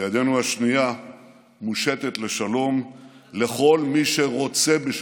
וידנו השנייה מושטת לשלום לכל מי שרוצה בשלום.